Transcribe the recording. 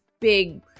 big